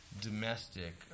domestic